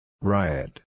Riot